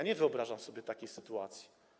Nie wyobrażam sobie takiej sytuacji.